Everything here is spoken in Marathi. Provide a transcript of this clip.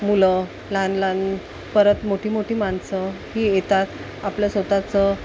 मुलं लहान लहान परत मोठी मोठी माणसं ही येतात आपल्या स्वतःचं